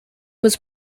was